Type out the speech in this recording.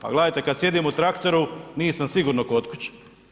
Pa gledajte, kad sjedim u traktoru, nisam sigurno kod kuće.